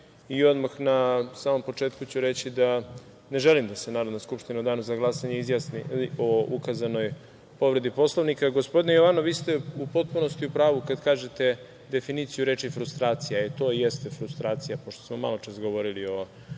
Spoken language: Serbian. Odmah na samom početku ću reći da ne želim da se Narodna skupština u danu za glasanje izjasni o ukazanoj povredi Poslovnika. Gospodine Jovanov, vi ste u potpunosti u pravu kada kažete definiciju reči frustracija, jer to i jeste frustracija, pošto smo maločas govorili o